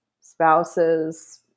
spouses